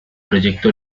proyecto